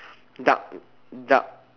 dark dark